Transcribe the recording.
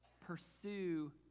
pursue